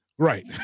Right